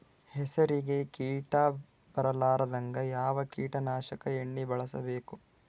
ಹೆಸರಿಗಿ ಕೀಟ ಬರಲಾರದಂಗ ಯಾವ ಕೀಟನಾಶಕ ಎಣ್ಣಿಬಳಸಬೇಕು?